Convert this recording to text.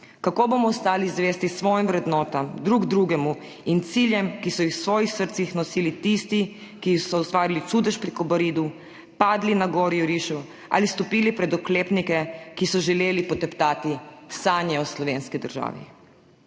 Kako bomo ostali zvesti svojim vrednotam, drug drugemu in ciljem, ki so jih v svojih srcih nosili tisti, ki so ustvarili čudež pri Kobaridu, padli na gori v jurišu ali stopili pred oklepnike, ki so želeli poteptati sanje o slovenski državi?